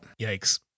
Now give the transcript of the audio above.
Yikes